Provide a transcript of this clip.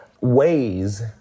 ways